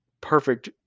perfect